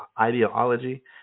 ideology